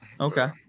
Okay